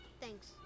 Thanks